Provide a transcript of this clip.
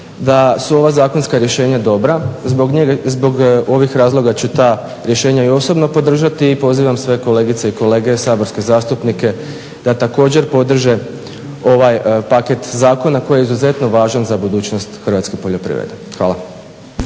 da su ova zakonska rješenja dobra, zbog ovih razloga ću ta rješenja i osobno podržati i pozivam sve kolegice i kolege saborske zastupnike da također podrže ovaj paket zakona koji je izuzetno važan za budućnost hrvatske poljoprivrede. Hvala.